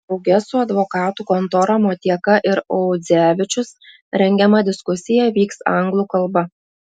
drauge su advokatų kontora motieka ir audzevičius rengiama diskusija vyks anglų kalba